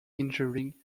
injuring